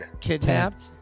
kidnapped